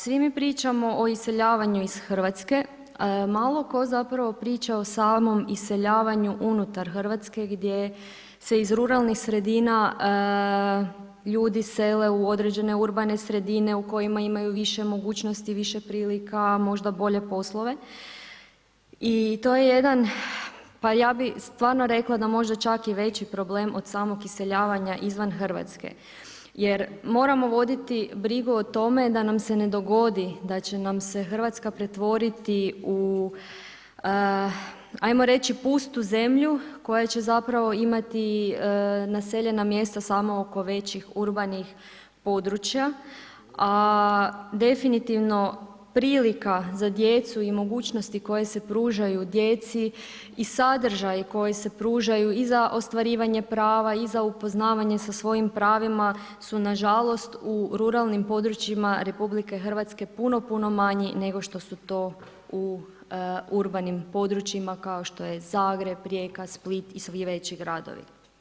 Svi mi pričamo o iseljavanju iz RH, malo tko zapravo priča o samom iseljavanju unutar RH gdje se iz ruralnih sredina ljudi sele u određene urbane sredine u kojima imaju više mogućnosti, više prilika i možda bolje poslove i to je jedan, pa ja bih stvarno rekla da možda čak i veći problem od samog iseljavanja izvan RH jer moramo voditi brigu o tome da nam se ne dogodi da će nam se Hrvatska pretvoriti u ajmo reći, pustu zemlju koja će zapravo imati naseljena mjesta samo oko većih urbanih područja, a definitivno prilika za djecu i mogućnosti koje se pružaju djeci i sadržaji koji se pružaju i za ostvarivanje prava i za upoznavanje sa svojim pravima su nažalost u ruralnim područjima RH puno puno manji nego što su to u urbanim područjima kao što je Zagreb, Rijeka, Split i svi veći gradovi.